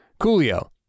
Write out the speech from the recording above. Coolio